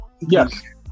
Yes